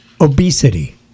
Obesity